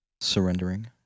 surrendering